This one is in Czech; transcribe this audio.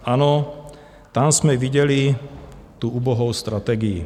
Ano, tam jsme viděli tu ubohou strategii.